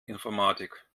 informatik